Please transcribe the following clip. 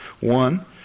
One